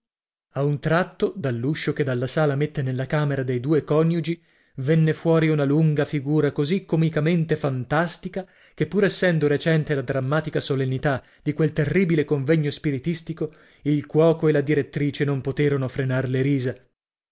a un tratto dall'uscio che dalla sala mette nella camera dei due coniugi venne fuori una lunga figura così comicamente fantastica che pur essendo recente la drammatica solennità di quel terribile convegno spiritistico il cuoco e la direttrice non poterono frenar le